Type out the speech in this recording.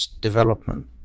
development